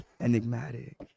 enigmatic